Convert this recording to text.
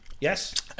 Yes